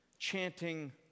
Chanting